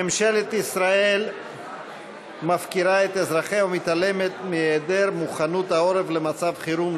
ממשלת ישראל מפקירה את אזרחיה ומתעלמת מאי-מוכנות העורף למצב חירום,